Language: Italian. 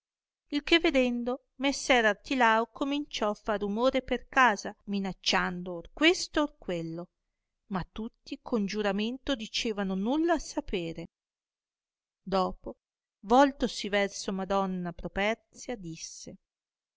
il che vedendo messer artilao cominciò far romore per casa minacciando or questo or quello ma tutti con giuramento dicevano nulla sapere dopò voltosi verso madonna properzia disse